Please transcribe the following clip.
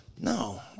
no